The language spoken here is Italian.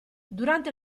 durante